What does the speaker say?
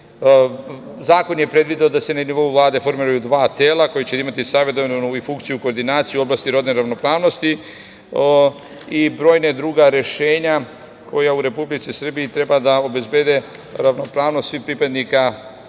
je predvideo da se na nivo Vlade formiraju dva tela koja će imati savetodavnu i funkciju koordinacije u oblasti rodne ravnopravnosti i brojna druga rešenja koja u Republici Srbiji treba da obezbede ravnopravnost svih pripadnika